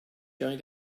going